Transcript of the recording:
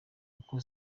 uko